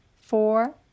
four